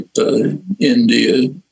India